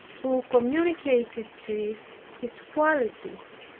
who communicated to it his qualities,